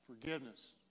Forgiveness